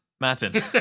Madden